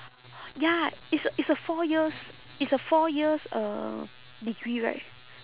ya it's a it's a four years it's a four years uh degree right